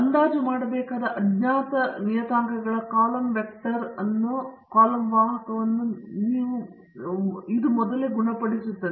ಮತ್ತು ಅಂದಾಜು ಮಾಡಬೇಕಾದ ಅಜ್ಞಾತ ನಿಯತಾಂಕಗಳ ಕಾಲಮ್ ವೆಕ್ಟರ್ ಅನ್ನು ಇದು ಮೊದಲೇ ಗುಣಪಡಿಸುತ್ತದೆ